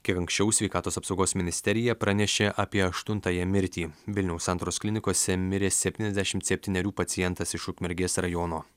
kiek anksčiau sveikatos apsaugos ministerija pranešė apie aštuntąją mirtį vilniaus santaros klinikose mirė septyniasdešimt septynerių pacientas iš ukmergės rajono